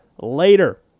later